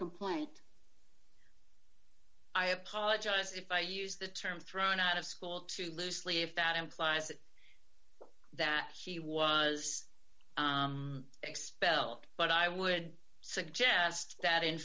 complaint i apologize if i use the term thrown out of school too loosely if that implies that that he was expelled but i would suggest that in